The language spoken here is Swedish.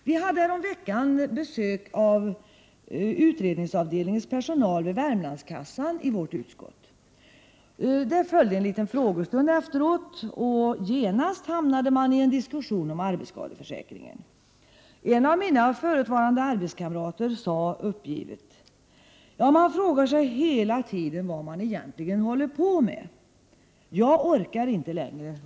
Vi hade häromveckan i vårt utskott besök av utredningsavdelningens personal vid Värmlandskassan. Efteråt följde en frågestund, och genast hamnade man i en diskussion om arbetsskadeförsäkringen. En av mina förutvarande arbetskamrater sade uppgivet: ”Man frågar sig hela tiden vad man egentligen håller på med. Jag orkar inte längre.